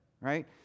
Right